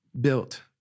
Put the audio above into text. built